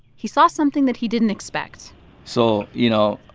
he saw something that he didn't expect so you know,